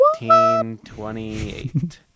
1928